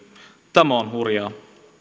tämä on hurjaa